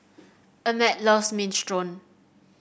Emmet loves Minestrone